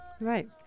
Right